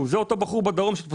הדוח מדבר על כך שיש להם